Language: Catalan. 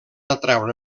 atraure